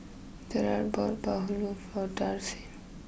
Jarret bought Bahulu for Darcie